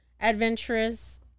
adventurous